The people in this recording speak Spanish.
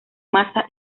masa